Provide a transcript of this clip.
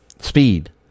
Speed